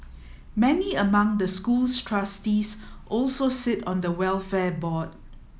many among the school's trustees also sit on the welfare board